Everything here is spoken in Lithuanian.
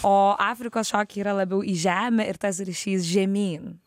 o afrikos šokiai yra labiau į žemę ir tas ryšys žemyn